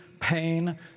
pain